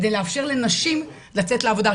כדי לאפשר לנשים לצאת לעבודה.